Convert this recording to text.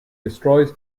destroys